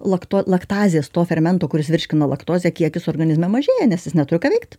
lakto laktazės to fermento kuris virškina laktozę kiekis organizme mažėja nes jis neturi ką veikt